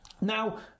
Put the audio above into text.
Now